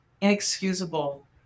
inexcusable